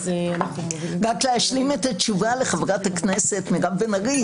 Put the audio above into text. רק להשלים את התשובה לחברת הכנסת מירב בן ארי,